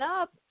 up